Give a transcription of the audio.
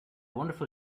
wonderful